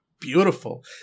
Beautiful